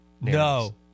No